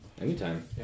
Anytime